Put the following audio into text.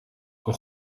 een